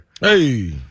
Hey